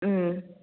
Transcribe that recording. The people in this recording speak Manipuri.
ꯎꯝ